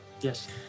Yes